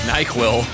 NyQuil